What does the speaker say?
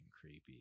creepy